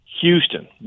Houston